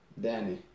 Danny